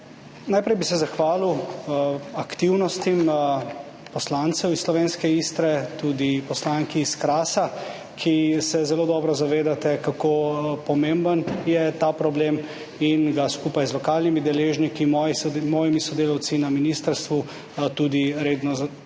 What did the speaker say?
Najprej bi se zahvalil za aktivnosti poslancev iz slovenske Istre, tudi poslanki s Krasa, ki se zelo dobro zavedate, kako pomemben je ta problem in ga skupaj z lokalnimi deležniki, mojimi sodelavci na ministrstvu, tudi redno naslavljate.